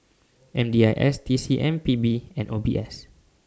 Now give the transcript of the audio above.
M D I S T C M P B and O B S